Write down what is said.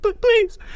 please